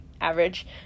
average